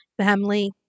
family